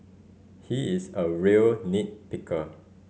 he is a real nit picker